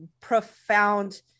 profound